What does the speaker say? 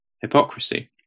hypocrisy